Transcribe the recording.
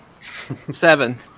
Seven